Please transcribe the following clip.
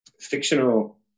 fictional